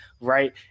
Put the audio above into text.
right